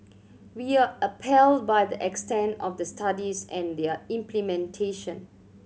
we are appalled by the extent of the studies and their implementation